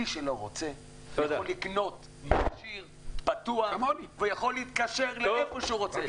מי שלא רוצה יכול לקנות מכשיר פתוח ויכול להתקשר לאן שהוא רוצה.